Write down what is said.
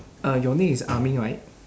uh your name is amin right